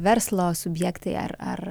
verslo subjektai ar ar